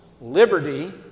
liberty